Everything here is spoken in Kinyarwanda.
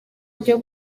byo